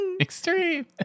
Extreme